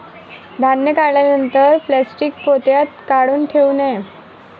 धान्य काढल्यानंतर प्लॅस्टीक पोत्यात काऊन ठेवू नये?